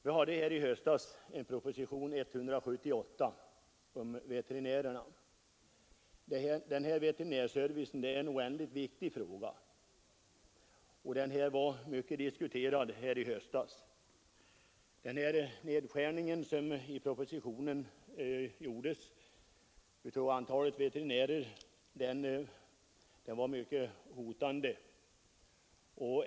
I höstas behandlade vi propositionen 178 angående veterinärväsendet. Veterinärservicen är oändligt viktig och frågan diskuterades mycket i höstas. Den nedskärning av antalet veterinärer som föreslogs i propositionen var mycket hotande.